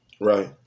Right